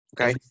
Okay